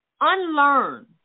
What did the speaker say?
unlearn